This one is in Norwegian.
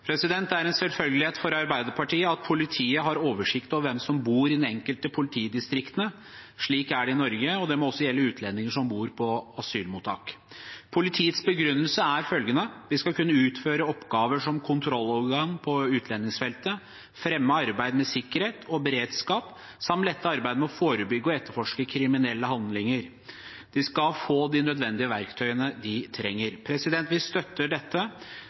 Det er en selvfølgelighet for Arbeiderpartiet at politiet har oversikt over hvem som bor i de enkelte politidistriktene. Slik er det i Norge, og det må også gjelde utlendinger som bor på asylmottak. Politiets begrunnelse er følgende: De skal kunne utføre sine oppgaver som kontrollorgan på utlendingsfeltet, fremme arbeid med sikkerhet og beredskap samt lette arbeidet med å forebygge og etterforske kriminelle handlinger. De skal få de nødvendige verktøyene de trenger. Vi støtter dette